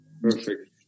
Perfect